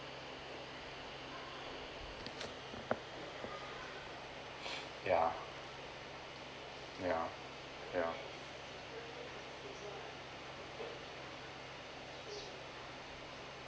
yeah yeah yeah